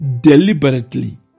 deliberately